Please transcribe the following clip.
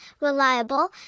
reliable